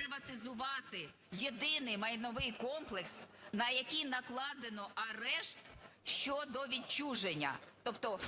приватизувати єдиний майновий комплекс, на який накладено арешт щодо відчуження? Тобто